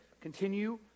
continue